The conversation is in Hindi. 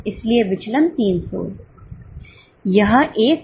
इसलिए विचलन 300 है